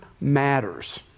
matters